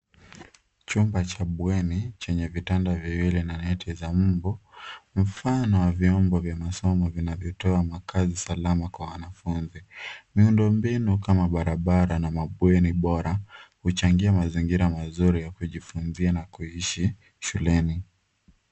Chumba cha bweni chenye vitanda viwili na neti za mbu. Mfano wa vyombo vya masomo vinavyotoa makazi salama kwa wanafunzi. Miundo mbinu kama barabara na mabweni bora huchangia mazingira mazuri ya kujifunzia na kuishi shuleni.